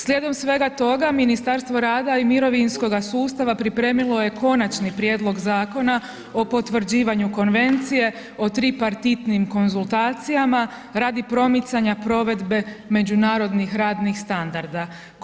Slijedom svega toga Ministarstvo rada i mirovinskoga sustava pripremilo je Konačni prijedlog zakona o potvrđivanju Konvencije o tripartitnim konzultacijama radi promicanja provedbe međunarodnih radnih standarda.